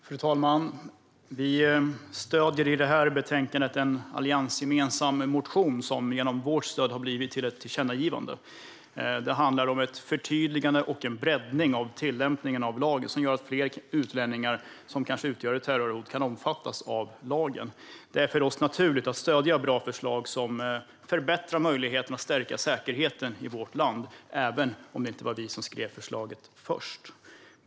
Fru talman! Vi stöder i betänkandet en alliansgemensam motion som genom vårt stöd har lett till ett tillkännagivande. Det handlar om ett förtydligande och en breddning av tillämpningen av lagen som gör att fler utlänningar som utgör ett terrorhot kan omfattas av lagen. Det är för oss naturligt att stödja bra förslag som förbättrar möjligheten att stärka säkerheten i vårt land, även om det inte var vi som skrev förslaget först.